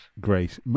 great